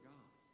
God